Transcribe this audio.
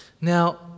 Now